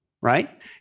Right